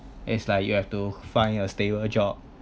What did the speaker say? it's like you have to find a stable job